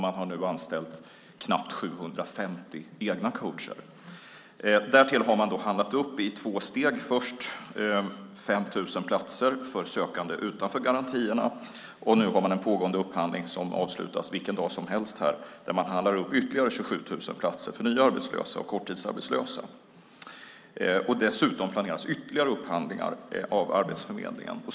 Man har anställt knappt 750 egna coacher. Därtill har man handlat upp platser i två steg - först 5 000 platser för sökande utanför garantierna, och nu pågår en upphandling, som avslutas vilken dag som helst, där man handlar upp ytterligare 27 000 platser för nya arbetslösa och korttidsarbetslösa. Dessutom planeras ytterligare upphandlingar av Arbetsförmedlingen.